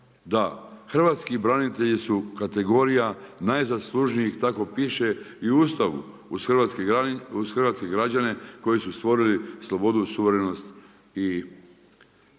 hrvatski branitelji su kategorija najzaslužnijih tako piše i u Ustavu, uz hrvatske građane koji su stvorili slobodu, suverenost i